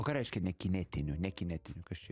o ką reiškia nekinetinių nekinetinių kas čia